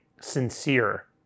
sincere